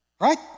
right